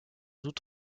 doute